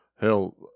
hell